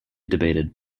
debated